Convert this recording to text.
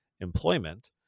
employment